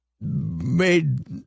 made